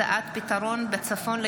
בהצעתם של